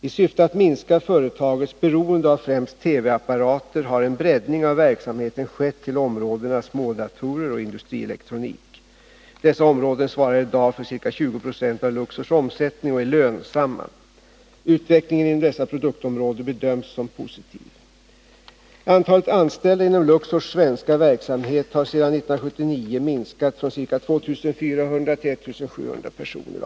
I syfte att minska företagets beroende av främst TV-apparater har en breddning av verksamheten skett till områdena smådatorer och industrielektronik. Dessa områden svarar i dag för ca 20 70 av Luxors omsättning och är lönsamma. Utvecklingen inom dessa produktområden bedöms som positiv. Antalet anställda inom Luxors svenska verksamhet har sedan år 1979 minskat från ca 2 400 till ca 1700 personer.